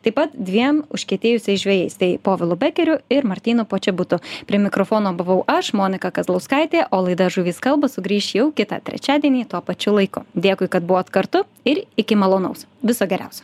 taip pat dviem užkietėjusiais žvejais tai povilu bekeriu ir martynu počobutu prie mikrofono buvau aš monika kazlauskaitė o laida žuvys kalba sugrįš jau kitą trečiadienį tuo pačiu laiku dėkui kad buvot kartu ir iki malonaus viso geriausio